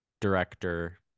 director